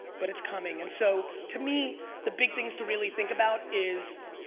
but it's coming and so to me the big things to really think about is